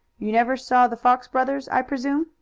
you never saw the fox brothers, i presume?